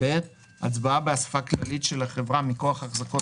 הצבעה באסיפה הכללית של החברה מכוח החזקות